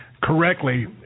correctly